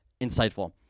insightful